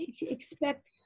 expect